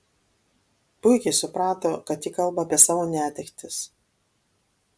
puikiai suprato kad ji kalba apie savo netektis